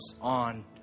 on